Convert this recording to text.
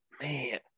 man